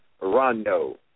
Rondo